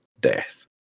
death